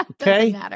Okay